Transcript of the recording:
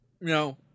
no